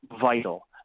vital